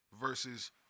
versus